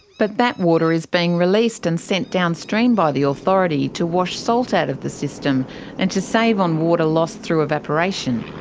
but that water is being released and sent downstream by the authority to wash salt out of the system and to save on water lost through evaporation.